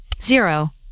zero